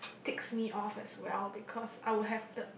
ticks me off as well because I would have the